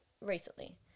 recently